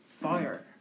fire